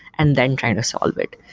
and then trying to solve it.